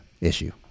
issue